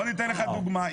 אני אתן לך דוגמה.